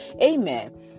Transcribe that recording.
Amen